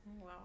Wow